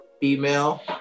female